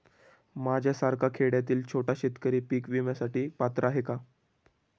माझ्यासारखा खेड्यातील छोटा शेतकरी पीक विम्यासाठी पात्र आहे का?